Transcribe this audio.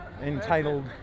entitled